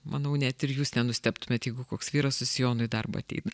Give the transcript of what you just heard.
manau net ir jūs nenustebtumėt jeigu koks vyras su sijonu į darbą ateina